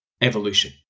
evolution